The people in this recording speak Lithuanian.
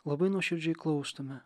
labai nuoširdžiai klaustume